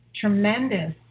tremendous